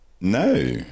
No